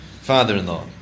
father-in-law